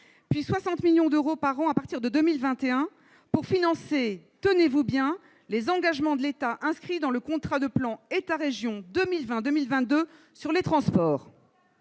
puis 60 millions d'euros par an à partir de 2021 pour financer, tenez-vous bien, les engagements de l'État inscrits dans le contrat de plan État-région 2020-2022 sur les transports.